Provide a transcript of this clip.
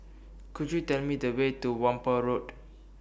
Could YOU Tell Me The Way to Whampoa Road